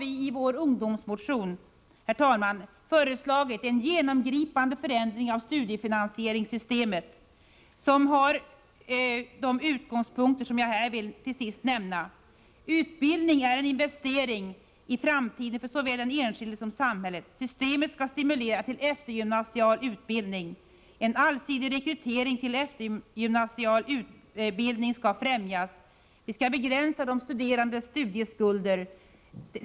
I vår ungdomsmotion har vi, herr talman, därför föreslagit en genomgripande förändring av studiefinansieringssystemet. Det system som vi föreslår bör ha följande utgångspunkter, som jag allra sist vill nämna: Utbildning är en investering i framtiden för såväl den enskilde som samhället. Systemet skall stimulera till eftergymnasial utbildning. En allsidig rekrytering till eftergymnasial utbildning skall främjas. Vi skall begränsa de studerandes studieskulder.